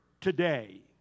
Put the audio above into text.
today